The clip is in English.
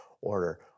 order